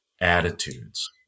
attitudes